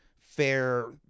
fair